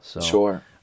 Sure